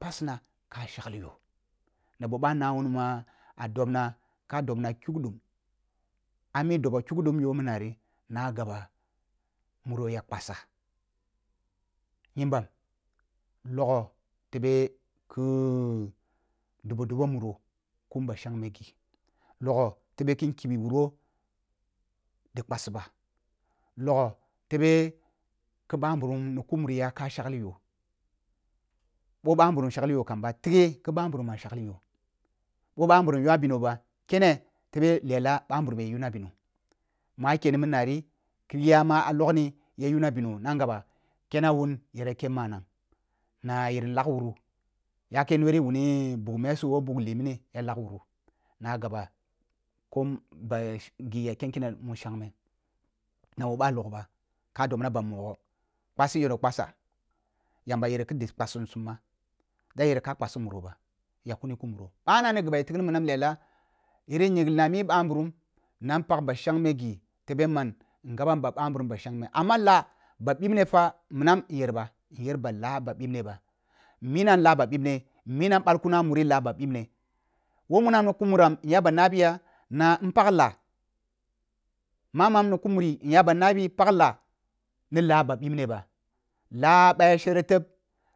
Pasina ka shagli yo na boh ba nah wuni ma ah dobna ka dobna kyuwa ami dobo kyukduk mini nari na jaba muro ya kpasa nyimbam logho tebe khu dubodubo muru kum ba shangme ghi tebe khu nkibe wuro ɗi kpasi ba logho tebe ki ɓa nburum ni khu mari ya ka shagli yo boh ɓa nburum shagli yo a tigho ki ɓa nburum ma shagli yo ba tigho ki ɓa nburum ma shagli yo ba tigho ki ɓa nburum ma shagli yoh boh ɓa nburum yu ah bino ba kene tebe lela ɓa nburum ya yunna ɓino ma keni min nari kini ya ma a logni ka yuwa bino na gaba kyena wun ya kyen manag na yer lag wuru yake nuwe ri wuni bugh mesu woh bugh lih mīni ya lag wuru na gaba kum ba ghi ya ken kene mushangme na woh bah log ba ka dobna ba moghe kpasi yoh ni kpasa yamba yere ki di kpasi sum ba da yu ka kaasi muro ba jakkuni ku muro bab na nu ghu ba ya tigni minam lela yirin nyunglina ah mi ɓa nbu rum na npak ba shagme tebe man ngabam ba ɓa nburum ba shangme ama la ba bibne fa in yer ɓa in yer ba la ba ɓiɓne ba in minam la ba bibme in minam ɓalkun ah muri la ɓa ɓibne woh munam ni ku mura nya ɓa na biya na npag la mamam ni ku muri inya ba na bi pag la ni la ba ɓibne ba la ɓa ya sher teb